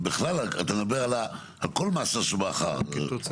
אתה מדבר על כל מסה שבאה אחר כך.